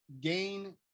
gain